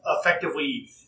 effectively